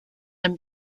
than